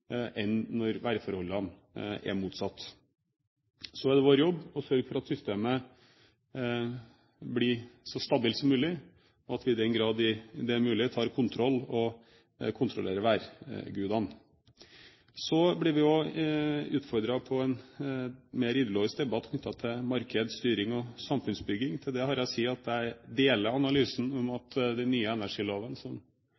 enn når værforholdene er motsatt. Så er det vår jobb å sørge for at systemet blir så stabilt som mulig, og at vi i den grad det er mulig, tar kontroll og kontrollerer værgudene. Vi blir også utfordret på en mer ideologisk debatt knyttet til marked, styring og samfunnsbygging. Til det har jeg å si at jeg deler analysen om